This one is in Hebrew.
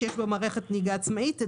שיש בו מערכת נהיגה עצמאית,